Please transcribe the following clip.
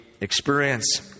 experience